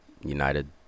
United